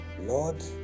Lord